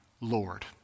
Lord